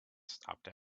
stopped